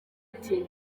ati